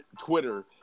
Twitter